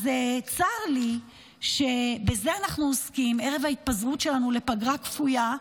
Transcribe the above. אז צר לי שבזה אנחנו עוסקים ערב ההתפזרות שלנו לפגרה כפויה,